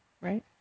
right